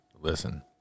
Listen